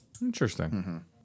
Interesting